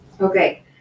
Okay